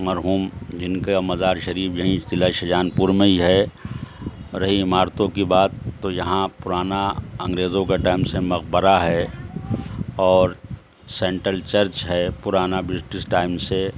مرحوم جن کا مزار شریف یہیں ضلع شاہجہان پور میں ہی ہے رہی عمارتوں کی بات تو یہاں پرانا انگریزوں کے ٹائم سے مقبرہ ہے اور سینٹرل چرچ ہے پرانا بریٹس ٹائم سے